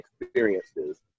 experiences